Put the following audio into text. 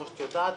כפי שאת יודעת,